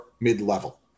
mid-level